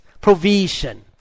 provision